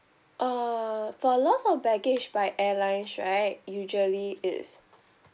uh for loss of baggage by airlines right usually it's